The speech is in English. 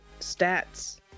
stats